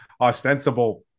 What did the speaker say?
ostensible